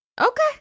Okay